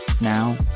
Now